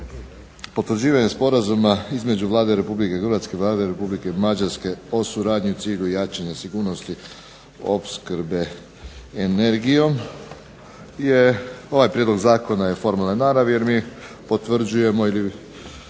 Potvrđivanje sporazuma između Vlade Republike Hrvatske i Vlade Republike Mađarske o suradnji u cilju jačanja sigurnosti opskrbe energijom je, ovaj prijedlog zakona je formalne naravi jer mi potvrđujemo ili